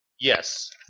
Yes